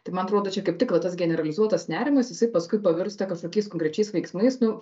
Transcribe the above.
tai man atrodo čia kaip tik va tas generalizuotas nerimas jisai paskui pavirsta kažkokiais konkrečiais veiksmais nu